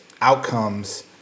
outcomes